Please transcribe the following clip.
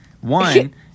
One